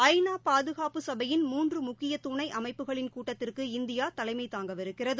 ஐ நா பாதுகாப்பு சபையின் மூன்று முக்கிய துணை அமைப்புகளின் கூட்டத்திற்கு இந்தியா தலைமை தாங்கவிருக்கிறது